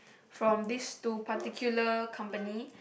from these two particular company